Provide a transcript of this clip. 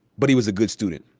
but he was a good student.